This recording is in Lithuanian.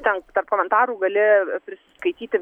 ten tarp komentarų gali prisiskaityti